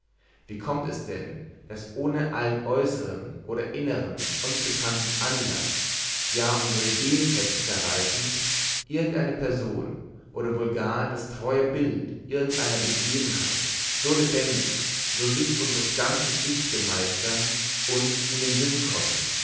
wie kommt es denn daß ohne allen äußern oder innern uns bekannten anlaß ja unsere ideenkette zerreißend irgend eine person oder wohl gar das treue bild irgend einer begebenheit so lebendig so sich unsers ganzen ichs bemeisternd in den sinn kommt